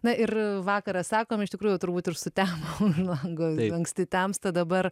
na ir vakaras sakom iš tikrųjų turbūt ir sutemo už lango ir anksti temsta dabar